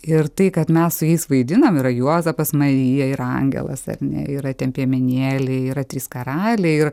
ir tai kad mes su jais vaidinam yra juozapas marija yra angelas ar ne yra tie piemenėliai yra trys karaliai ir